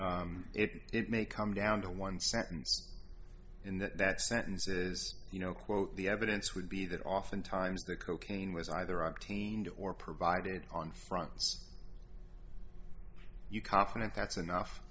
point it may come down to one sentence in that that sentences you know quote the evidence would be that oftentimes the cocaine was either obtained or provided on fronts you confident that's enough